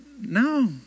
No